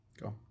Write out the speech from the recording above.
Go